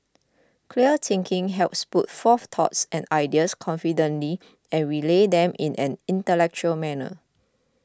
clear thinking helps put forth thoughts and ideas confidently and relay them in an intellectual manner